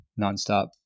nonstop